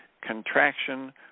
contraction